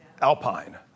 Alpine